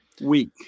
week